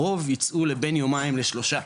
הרוב יצאו לבין יומיים לשלושה,